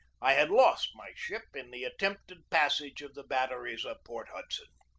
i had lost my ship in the attempted passage of the batteries of port hudson.